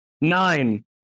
Nine